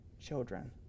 children